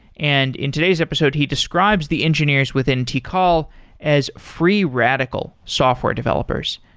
and in today's episode he describes the engineers within tikal as free radical software developers.